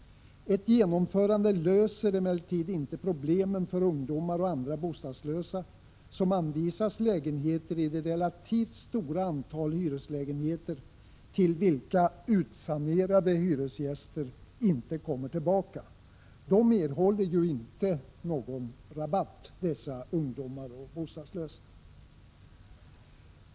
Ett genomförande löser inte problemen för ungdo = Prot. 1986/87:50 mar och andra bostadslösa, som anvisas lägenheter i det relativt stora antal 16 december 1986 hyreslägenheter till vilka ”utsanerade” hyresgäster inte kommer tillbaka. = Dm ooo oduro se Dessa ungdomar och bostadslösa erhåller ju inte någon rabatt.